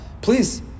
Please